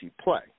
play